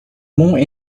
more